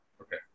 Okay